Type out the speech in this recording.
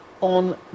on